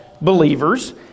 believers